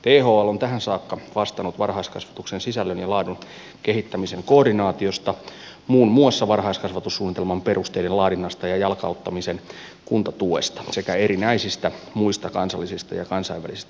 thl on tähän saakka vastannut varhaiskasvatuksen sisällön ja laadun kehittämisen koordinaatiosta muun muassa varhaiskasvatussuunnitelman perusteiden laadinnasta ja jalkauttamisen kuntatuesta sekä erinäisistä muista kansallisista ja kansainvälisistä tehtävistä